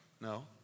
no